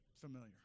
familiar